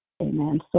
Amen